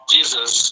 Jesus